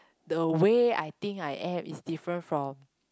the way I think I act is different from